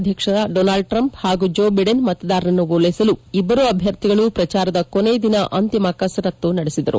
ಅಧ್ಯಕ್ಷ Donald Trump ಮತ್ತು Joe Biden ಮತದಾರರನ್ನು ಓಲೈಸಲು ಇಬ್ಬರೂ ಅಭ್ಯರ್ಥಿಗಳು ಪ್ರಚಾರದ ಕೊನೆ ದಿನ ಅಂತಿಮ ಕಸರತ್ತು ನಡೆಸಿದರು